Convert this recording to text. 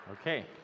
Okay